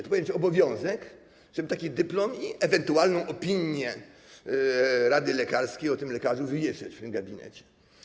To powinien być obowiązek, żeby taki dyplom i ewentualną opinię rady lekarskiej o tym lekarzu wywieszać w tym gabinecie.